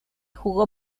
jugó